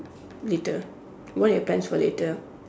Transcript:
later what are your plans for later